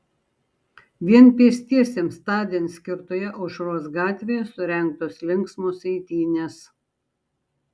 vien pėstiesiems tądien skirtoje aušros gatvėje surengtos linksmos eitynės